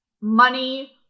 money